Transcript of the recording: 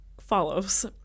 follows